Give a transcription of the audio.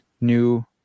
new